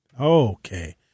Okay